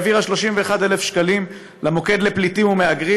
העבירה 31,000 שקלים למוקד לפליטים ומהגרים